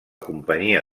companyia